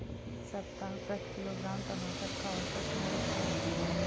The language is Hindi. इस सप्ताह प्रति किलोग्राम टमाटर का औसत मूल्य क्या है?